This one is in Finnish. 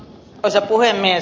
arvoisa puhemies